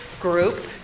group